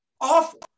Awful